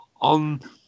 on